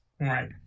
Right